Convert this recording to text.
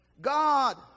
god